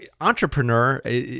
entrepreneur